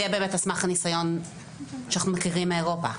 יהיה על סמך הניסיון שאנחנו מכירים מאירופה.